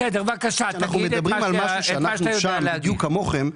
כשאנחנו מדברים על משהו שאנחנו שם ובדיוק כמוכם,